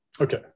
Okay